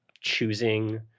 choosing